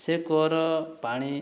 ସେ କୂଅର ପାଣି